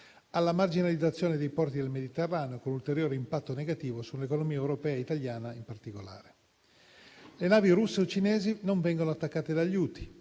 alla marginalizzazione dei porti del Mediterraneo, con un ulteriore impatto negativo sull'economia europea e italiana in particolare. Le navi russe o cinesi non vengono attaccate dagli